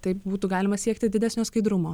taip būtų galima siekti didesnio skaidrumo